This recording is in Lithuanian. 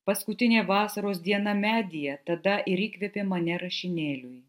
paskutinė vasaros diena medyje tada ir įkvėpė mane rašinėliui